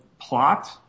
plot